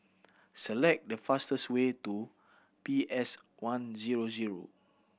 select the fastest way to P S One zero zero